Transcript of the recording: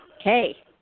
Okay